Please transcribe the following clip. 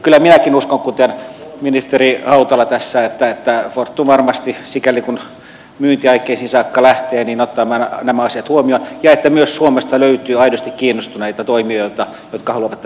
kyllä minäkin uskon kuten ministeri hautala tässä että fortum varmasti sikäli kuin myyntiaikeisiin saakka lähtee ottaa nämä asiat huomioon ja että myös suomesta löytyy aidosti kiinnostuneita toimijoita jotka haluavat tässä olla mukana